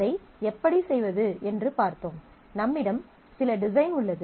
அதை எப்படி செய்வது என்று பார்த்தோம் நம்மிடம் சில டிசைன் உள்ளது